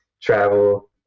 travel